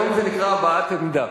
היום זה נקרא הבעת עמדה.